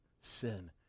sin